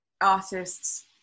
artists